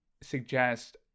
suggest